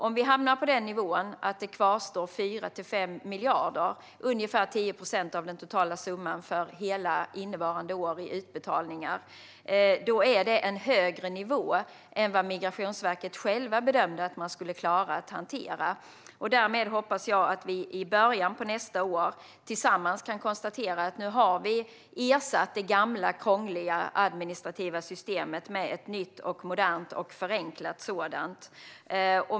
Om vi hamnar på den nivån att det kvarstår 4-5 miljarder, ungefär 10 procent av den totala summan, för hela innevarande år i utbetalningar är det en bättre nivå än vad Migrationsverket självt bedömde att man skulle klara att hantera. Därmed hoppas jag att vi i början av nästa år tillsammans kan konstatera att vi nu har ersatt det gamla krångliga administrativa systemet med ett nytt, modernt och förenklat sådant.